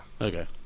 Okay